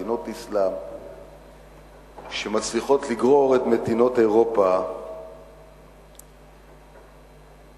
מדינות אסלאם שמצליחות לגרור את מדינות אירופה לדה-לגיטימציה,